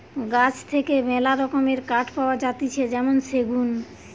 গাছ থেকে মেলা রকমের কাঠ পাওয়া যাতিছে যেমন সেগুন